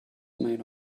made